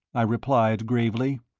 i replied, gravely.